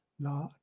Lord